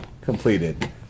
Completed